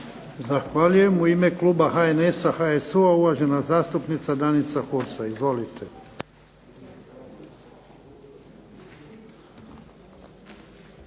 Zahvaljujem. U ime kluba HNS-a, HSU-a uvažena zastupnica Danica Hursa. Izvolite.